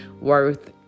worth